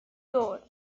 gold